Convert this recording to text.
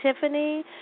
Tiffany